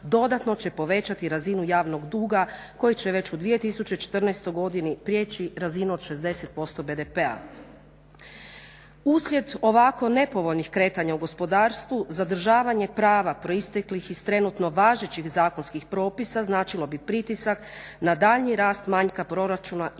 dodatno će povećati razinu javnog duga koji će već u 2014.godini prijeći razinu od 60% BDP-a. Uslijed ovako nepovoljnih kretanja u gospodarstvu zadržavanje prava proisteklih iz trenutno važećih zakonskih propisa značilo bi pritisak na daljnji rast manjka proračuna javnog